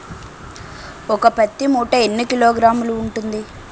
ఒక పత్తి మూట ఎన్ని కిలోగ్రాములు ఉంటుంది?